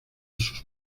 sus